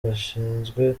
bashinzwe